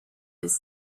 his